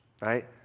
right